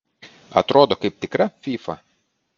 atrodo kaip tikra fyfa